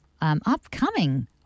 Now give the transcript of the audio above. upcoming